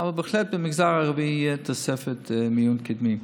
אבל בהחלט במגזר הערבי תהיה תוספת של מיון קדמי.